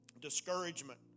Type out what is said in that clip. discouragement